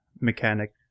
mechanic